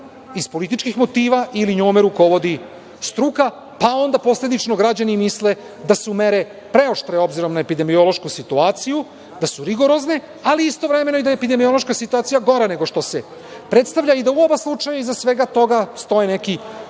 iz političkih motiva ili njome rukovodi struka, pa onda posledično građani misle da su mere preoštre obzirom na epidemiološku situaciju, da su rigorozne, ali istovremeno i da je epidemiološka situacija gora nego što se predstavlja i da u oba slučaja iza svega toga stoje neki